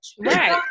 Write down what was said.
Right